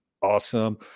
Awesome